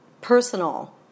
personal